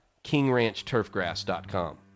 kingranchturfgrass.com